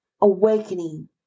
awakening